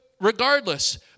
regardless